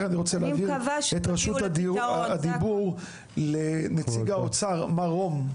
אני רוצה להעביר רשות הדיבור לנציג האוצר מר רום.